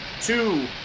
two